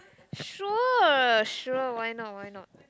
sure sure why not why not